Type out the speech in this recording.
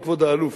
כבוד האלוף?